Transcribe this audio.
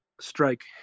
strike